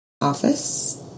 office